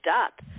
up